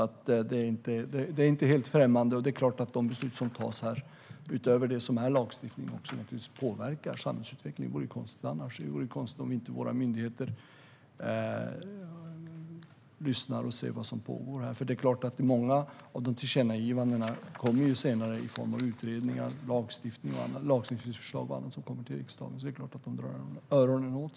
Det är alltså inte helt främmande. De beslut som fattas här, utöver det som är lagstiftning, påverkar naturligtvis samhällsutvecklingen. Det vore konstigt annars, och det vore konstigt om våra myndigheter inte lyssnar och ser vad som pågår här. Många av tillkännagivandena kommer ju senare i form av utredningar, lagstiftningsförslag och annat till riksdagen, så det är klart att de spetsar öronen.